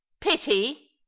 Pity